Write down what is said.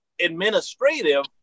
Administrative